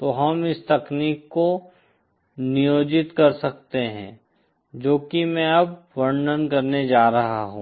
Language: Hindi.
तो हम इस तकनीक को नियोजित कर सकते हैं जो कि मैं अब वर्णन करने जा रहा हूं